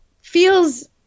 Feels